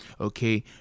Okay